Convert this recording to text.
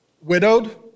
widowed